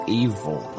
evil